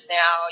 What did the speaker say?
now